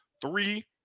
three